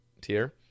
tier